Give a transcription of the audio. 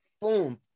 boom